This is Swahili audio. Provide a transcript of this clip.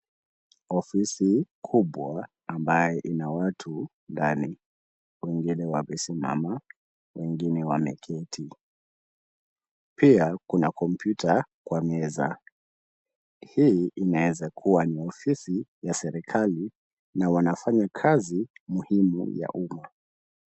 Ofisi kubwa ambayo ina watu ndani. Wengine wamesimama, wengine wameketi. Pia, kuna computer kwa meza. Hii ineza kuwa ni ofisi ya serikali na wanafanya kazi muhimu ya uma.